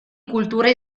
cultura